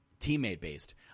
teammate-based